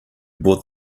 bought